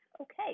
Okay